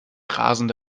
rasende